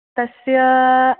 तस्याः